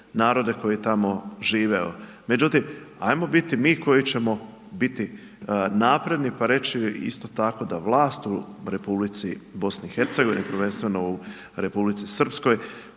narode koji tamo žive. Međutim, hajmo biti mi koji ćemo biti napredni pa reći isto tako da vlast u Republici BiH, prvenstveno u Republici Srpskoj,